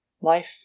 Life